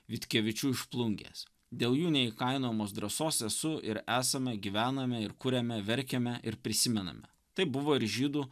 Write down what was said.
vitkevičių iš plungės dėl jų neįkainojamos drąsos esu ir esame gyvename ir kuriame verkiame ir prisimename taip buvo ir žydų